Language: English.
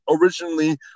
originally